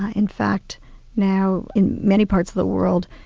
ah in fact now in many parts of the world,